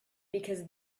because